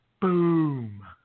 boom